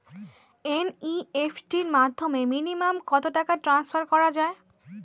NEFT র মাধ্যমে minimum কত টাকা টান্সফার করা যায়?